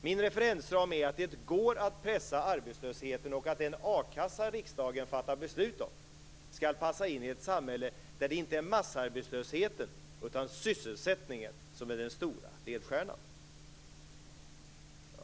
Min referensram är att det går att pressa arbetslösheten och att den a-kassa riksdagen fattar beslut om skall passa in i ett samhälle där det inte är massarbetslösheten utan sysselsättningen som är den stora ledstjärnan.